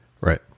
Right